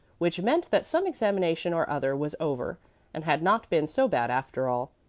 which meant that some examination or other was over and had not been so bad after all.